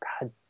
God